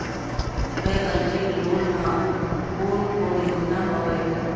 वैकल्पिक लोन मा कोन कोन योजना हवए?